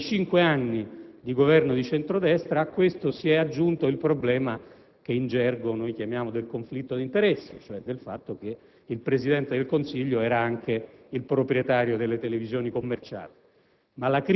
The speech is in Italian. Nei cinque anni di Governo di centro-destra a ciò si è aggiunto il problema che in gergo chiamiamo «conflitto di interessi», cioè il fatto che il Presidente del Consiglio era anche il proprietario di televisioni commerciali.